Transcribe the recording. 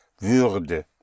Würde